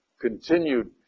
continued